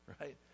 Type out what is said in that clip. right